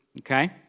okay